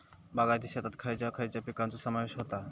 बागायती शेतात खयच्या खयच्या पिकांचो समावेश होता?